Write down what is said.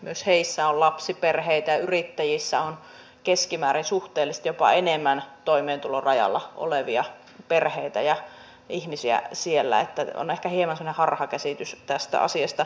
myös näissä on lapsiperheitä ja yrittäjissä on keskimäärin suhteellisesti jopa enemmän toimeentulon rajalla olevia perheitä ja ihmisiä niin että on ehkä hieman semmoinen harhakäsitys tästä asiasta